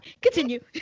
Continue